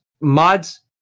mods